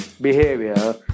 behavior